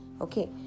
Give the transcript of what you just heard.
Okay